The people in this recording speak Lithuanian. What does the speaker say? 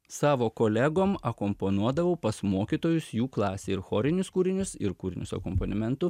savo kolegom akompanuodavau pas mokytojus jų klasėj ir chorinius kūrinius ir kūrinius akompanimentu